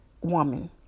woman